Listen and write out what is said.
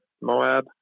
Moab